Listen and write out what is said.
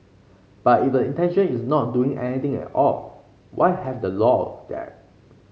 but if the intention is not do anything at all why have the law there